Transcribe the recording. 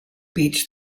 beach